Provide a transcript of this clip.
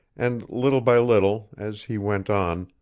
and little by little, as he went on,